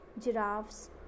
giraffes